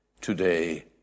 today